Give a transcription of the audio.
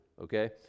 Okay